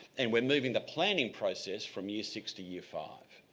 and we are moving the planning process from year six to year five.